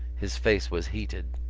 his face was heated.